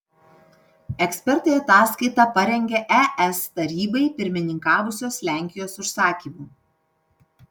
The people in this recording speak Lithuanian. ekspertai ataskaitą parengė es tarybai pirmininkavusios lenkijos užsakymu